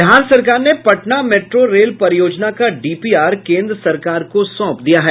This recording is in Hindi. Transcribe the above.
बिहार सरकार ने पटना मेट्रो रेल परियोजना का डीपीआर केंद्र सरकार को सौंप दिया है